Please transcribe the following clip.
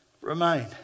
remain